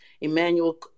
Emmanuel